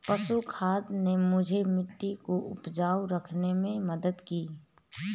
पशु खाद ने मुझे मिट्टी को उपजाऊ रखने में मदद की